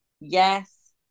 Yes